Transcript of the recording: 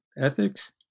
ethics